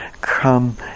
come